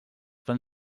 fan